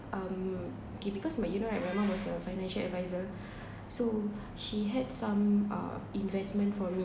um okay because my you know right my mum was a financial adviser so she had some uh investment for me